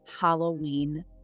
Halloween